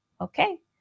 okay